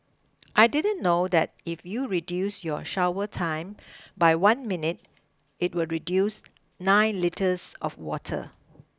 I didn't know that if you reduce your shower time by one minute it will reduce nine litres of water